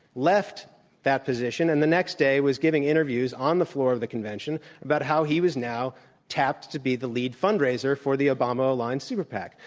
left that position and the next day was giving interviews on the floor of the convention about how he was now tapped to be the lead fundraiser for the obama-aligned super pac.